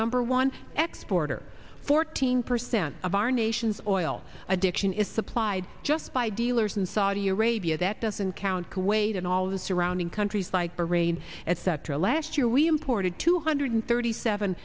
number one export or fourteen percent of our nation's oil addiction is supplied just by dealers in saudi arabia that doesn't count kuwait and all of the surrounding countries like bahrain etc last year we imported two hundred thirty seven